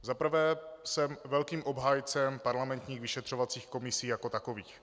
Za prvé, jsem velkým obhájcem parlamentních vyšetřovacích komisí jako takových.